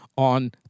on